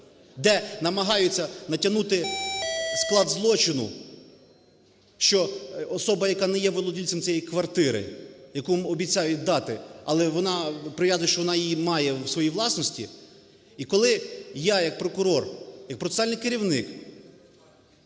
де намагаються натягнути склад злочину, що особа, яка не є володарем цієї квартири, яку обіцяють дати, але вона, прив'язують, що вона її має в своїй власності". І коли я як прокурор, як процесуальний керівник